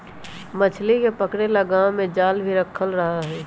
मछली के पकड़े ला गांव में जाल भी रखल रहा हई